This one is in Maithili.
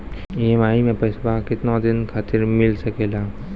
ई.एम.आई मैं पैसवा केतना दिन खातिर मिल सके ला?